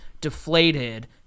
deflated